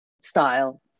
style